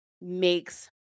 makes